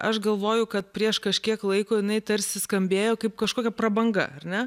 aš galvoju kad prieš kažkiek laiko jinai tarsi skambėjo kaip kažkokia prabanga ar ne